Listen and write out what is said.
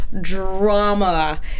drama